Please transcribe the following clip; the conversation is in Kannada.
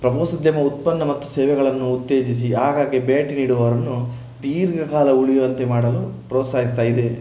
ಪ್ರವಾಸೋದ್ಯಮ ಉತ್ಪನ್ನ ಮತ್ತು ಸೇವೆಗಳನ್ನು ಉತ್ತೇಜಿಸಿ ಆಗಾಗ್ಗೆ ಭೇಟಿ ನೀಡುವವರನ್ನು ದೀರ್ಘಕಾಲ ಉಳಿಯುವಂತೆ ಮಾಡಲು ಪ್ರೋತ್ಸಾಹಿಸ್ತಾ ಇದೆ